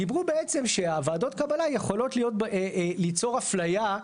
דיברו בעצם שהוועדות קבלה יכולות ליצור אפליה,